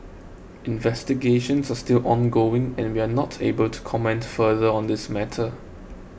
investigations are still ongoing and we are not able to comment further on this matter